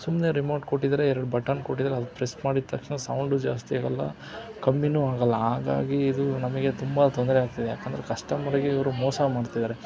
ಸುಮ್ಮನೆ ರಿಮೋಟ್ ಕೊಟ್ಟಿದ್ದಾರೆ ಎರಡು ಬಟನ್ ಕೊಟ್ಟಿದಾರೆ ಅದು ಪ್ರೆಸ್ ಮಾಡಿದ ತಕ್ಷಣ ಸೌಂಡು ಜಾಸ್ತಿ ಆಗೋಲ್ಲ ಕಮ್ಮಿನೂ ಆಗೋಲ್ಲ ಹಾಗಾಗಿ ಇದು ನಮಗೆ ತುಂಬ ತೊಂದರೆ ಆಗ್ತಿದೆ ಯಾಕಂದರೆ ಕಸ್ಟಮರ್ಗೆ ಇವರು ಮೋಸ ಮಾಡ್ತಿದ್ದಾರೆ